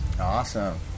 Awesome